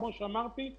כמו שאמרתי,